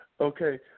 Okay